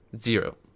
zero